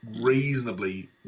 reasonably